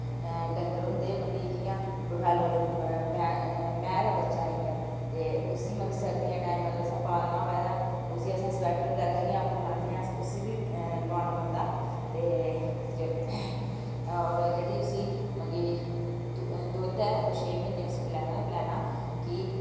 डंगर होंदे मतलब कि जियां बफैलो दा मैंह् दा बच्चा होई गेआ उसी मतलब कि अगर असें पालना होऐ तां उसी असें स्वेटर बगैरा जियां अस आपूं लान्ने आं उसी बी लोआना पौंदा ते मतलब कि जेह्ड़ी उसी जेह्ड़ा दुद्ध ऐ ओह् उसी छे म्हीनै पिलाना गै पिलाना कि